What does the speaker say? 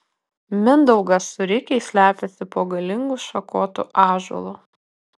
mindaugas su rikiais slepiasi po galingu šakotu ąžuolu